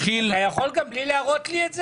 אתה יכול להסביר גם בלי להראות לי את זה?